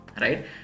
right